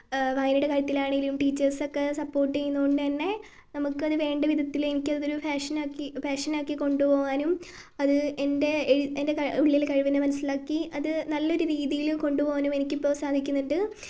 വായനയുടെ കാര്യത്തിലാണേലും ടീച്ചേഴ്സൊക്കെ സപ്പോർട്ട് ചെയ്യുന്നത് കൊണ്ട് തന്നെ നമുക്കത് വേണ്ട വിധത്തിലേക്കതൊരു പാഷനാക്കി പാഷനാക്കി കൊണ്ട് പോകാനും അത് എൻ്റെ എൻ്റെ ഉള്ളില് കഴിവിനെ മനസിലാക്കി അത് നല്ലൊരു രീതിയില് കൊണ്ട് പോകാനും എനിക്കിപ്പോൾ സാധിക്കുന്നുണ്ട്